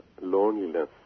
loneliness